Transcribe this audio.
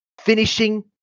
finishing